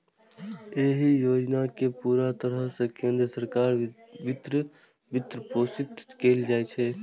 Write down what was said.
एहि योजना कें पूरा तरह सं केंद्र सरकार द्वारा वित्तपोषित कैल जाइ छै